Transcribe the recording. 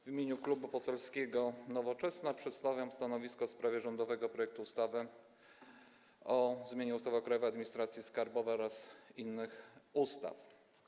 W imieniu Klubu Poselskiego Nowoczesna przedstawiam stanowisko w sprawie rządowego projektu ustawy o zmianie ustawy o Krajowej Administracji Skarbowej oraz innych ustaw.